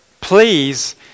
please